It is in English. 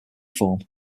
form